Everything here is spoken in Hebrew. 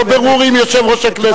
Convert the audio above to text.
לא בירור עם יושב-ראש הכנסת.